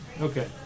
Okay